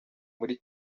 muri